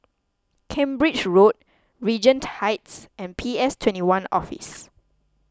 Cambridge Road Regent Heights and P S twenty one Office